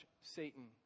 Satan